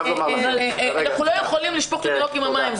אומרת שאנחנו לא יכולים לשפוך את התינוק עם המים.